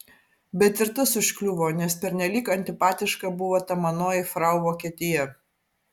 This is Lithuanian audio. bet ir tas užkliuvo nes pernelyg antipatiška buvo ta manoji frau vokietija